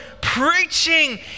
preaching